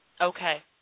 Okay